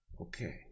Okay